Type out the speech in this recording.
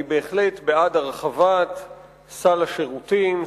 אני בהחלט בעד הרחבת סל השירותים,